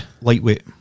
lightweight